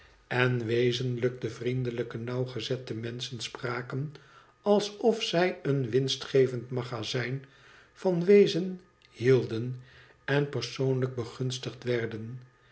en wezenlijk de vriendelijke nauwgezette menschen spraken alsof zij een winstgevend magazijn van weezen hielden en per soonlijk begunstigd werden